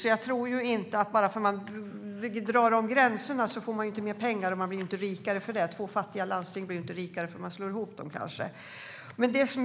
Därför tror jag inte att man får mer pengar bara för att man drar dessa gränser. Man blir inte rikare för det. Två fattiga landsting blir inte rikare för att man slår ihop dem.